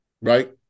right